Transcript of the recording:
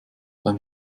beim